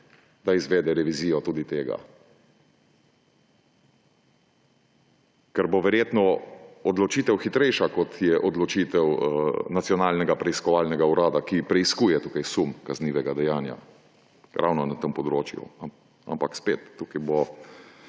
da izvede revizijo tudi tega, ker bo verjetno odločitev hitrejša, kot je odločitev Nacionalnega preiskovalnega urada, ki preiskuje tukaj sum kaznivega dejanja ravno na tem področju. Ampak tudi tukaj bodo